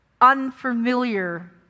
unfamiliar